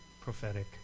prophetic